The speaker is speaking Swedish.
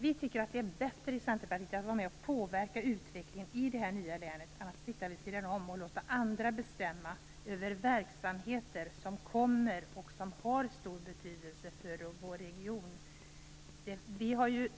Vi i Centerpartiet tycker att det är bättre att vara med och påverka utvecklingen i det nya länet än att sitta vid sidan av och låta andra bestämma över verksamheter som kommer och över verksamheter som har stor betydelse för vår region.